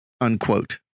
unquote